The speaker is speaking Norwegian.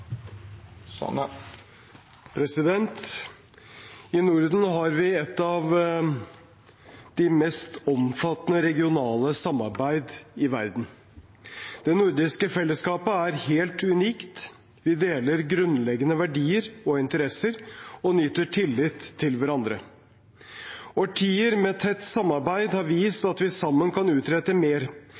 I Norden har vi et av de mest omfattende regionale samarbeid i verden. Det nordiske fellesskapet er helt unikt; vi deler grunnleggende verdier og interesser og nyter tillit til hverandre. Årtier med tett samarbeid har vist at vi sammen kan utrette mer